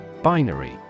Binary